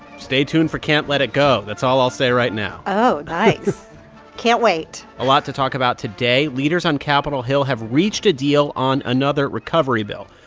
stay tuned for can't let it go. that's all i'll say right now oh, nice can't wait a lot to talk about today. leaders on capitol hill have reached a deal on another recovery bill.